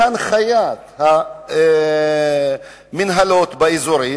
בהנחיית המינהלות באזורים,